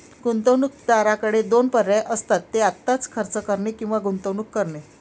गुंतवणूकदाराकडे दोन पर्याय असतात, ते आत्ताच खर्च करणे किंवा गुंतवणूक करणे